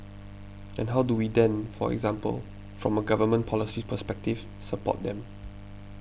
and how do we then for example from a government policy perspective support them